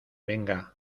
venga